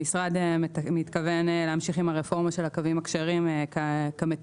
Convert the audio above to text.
המשרד מתכוון להמשיך עם הרפורמה של הקווים הכשרים כמתוכנן.